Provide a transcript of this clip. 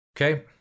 Okay